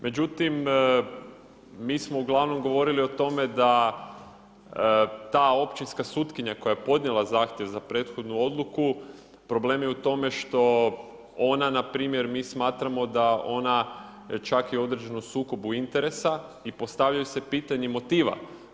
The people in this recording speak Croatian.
Međutim, mi smo uglavnom govorili o tome da ta općinska sutkinja koja je podnijela zahtjev za prethodnu odluku, problem je u tome što ona npr., mi smatramo da ona čak je u određenom sukobu interesa i postavljaju se pitanja motiva.